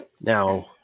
Now